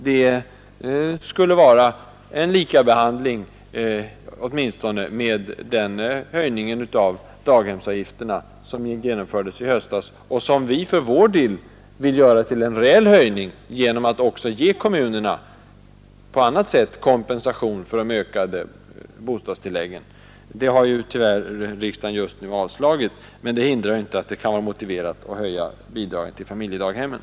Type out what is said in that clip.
Det skulle motsvara åtminstone den höjning av daghemsavgifterna som genomfördes i höstas, och som vi för vår del vill göra till en reell höjning genom att också ge kommunerna kompensation på annat sätt för de ökade bostadstilläggen. Det har riksdagen tyvärr just avslagit, men det hindrar inte att det kan vara motiverat att höja bidragen till familjedaghemmen.